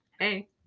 hey